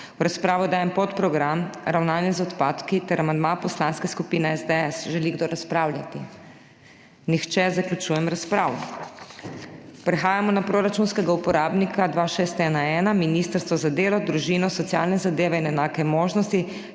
V razpravo dajem podprogram Ravnanje z odpadki ter amandma Poslanske skupine SDS. Želi kdo razpravljati? Nihče. Zaključujem razpravo. Prehajamo na proračunskega uporabnika 2611 Ministrstvo za delo, družino socialne zadeve in enake možnosti